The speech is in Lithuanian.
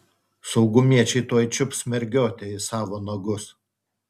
saugumiečiai tuoj čiups mergiotę į savo nagus